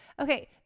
Okay